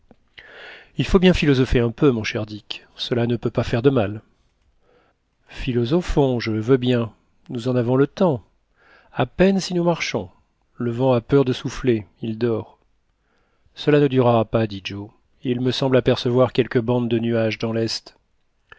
il faut bien philosopher un peu mon cher dick cela ne peut pas faire de mal philosophons je le veux bien nous en avons le temps à peine si nous marchons le vent a peur de souffler il dort cela ne durera pas dit joe il me semble apercevoir quelques bandes de nuages dans l'est